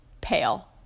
pale